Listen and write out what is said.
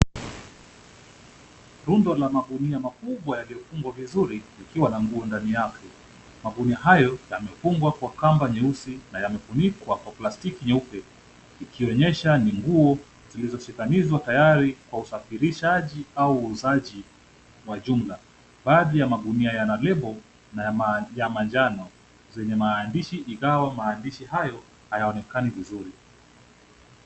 Rundo la magunia makubwa yaliyofungwa vizuri ikiwa na nguo ndani yake. Magunia hayo yamefungwa kwa kamba nyeusi na yamefunikwa kwa plastiki nyeupe. Ikionyesha ni nguo zilizoshikanizwa tayari kwa usafirishaji au uuzaji wa jumla. Baadhi ya magunia yana lebo na ya maa manjano, zenye maandishi, ingawa maandishi hayo hayaonekani vizuri.